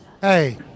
Hey